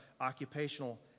occupational